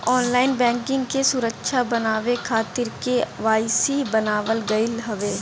online banking के सुरक्षित बनावे खातिर के.वाई.सी बनावल गईल हवे